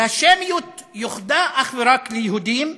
והשמיות יוחדה אך ורק ליהודים.